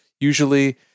usually